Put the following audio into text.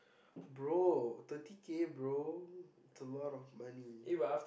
bro thirty K bro it's a lot of money